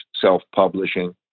self-publishing